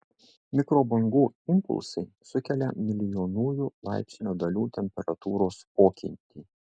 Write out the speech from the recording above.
mikrobangų impulsai sukelia milijonųjų laipsnio dalių temperatūros pokytį